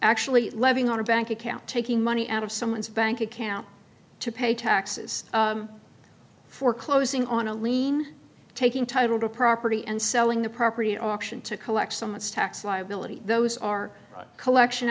actually living on a bank account taking money out of someone's bank account to pay taxes foreclosing on a lien taking title to property and selling the property auction to collect someone's tax liability those are collection